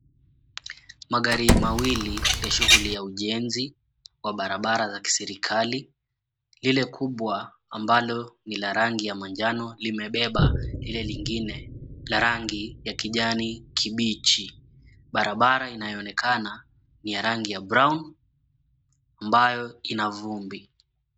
Magari mawili ya shughuli ya ujenzi wa barabara za kiserikali. Lile kubwa ambalo ni la rangi ya manjano limebeba lile lingine la rangi ya kijani kibichi. Barabara inayoonekana ni ya rangi ya brown ambayo ina vumbi.